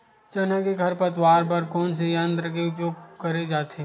चना के खरपतवार बर कोन से यंत्र के उपयोग करे जाथे?